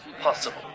possible